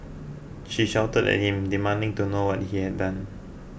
she shouted at him demanding to know what he had done